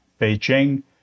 Beijing